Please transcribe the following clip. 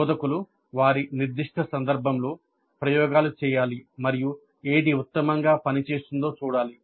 బోధకులు వారి నిర్దిష్ట సందర్భంలో ప్రయోగాలు చేయాలి మరియు ఏది ఉత్తమంగా పనిచేస్తుందో చూడాలి